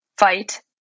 fight